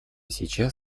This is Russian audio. сейчас